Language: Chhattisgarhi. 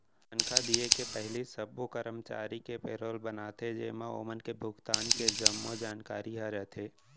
तनखा दिये के पहिली सब्बो करमचारी के पेरोल बनाथे जेमा ओमन के भुगतान के जम्मो जानकारी ह रथे